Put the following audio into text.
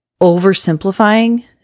oversimplifying